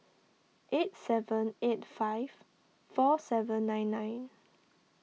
eight seven eight five four seven nine nine